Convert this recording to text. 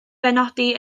benodi